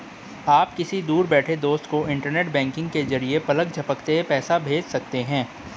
आप किसी दूर बैठे दोस्त को इन्टरनेट बैंकिंग के जरिये पलक झपकते पैसा भेज सकते हैं